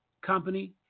company